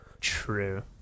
True